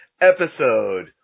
episode